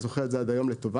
אני זוכר את זה עד היום לטובה.